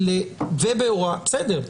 בסדר.